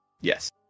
Yes